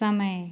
समय